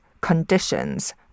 conditions